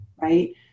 right